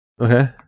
Okay